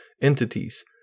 entities